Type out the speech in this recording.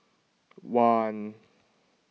one